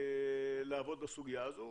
שנתיים לעבוד בסוגיה הזו.